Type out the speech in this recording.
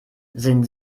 sind